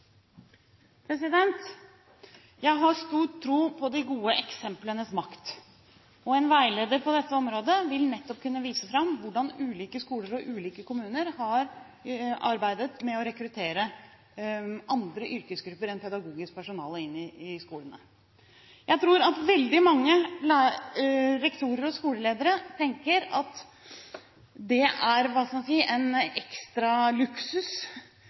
praksis. Jeg har stor tro på de gode eksemplenes makt. En veileder på dette området vil nettopp kunne vise fram hvordan ulike skoler og ulike kommuner har arbeidet med å rekruttere andre yrkesgrupper enn pedagogisk personale inn i skolene. Jeg tror at veldig mange rektorer og skoleledere tenker at det er – hva skal man si – en